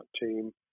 team